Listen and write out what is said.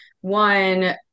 One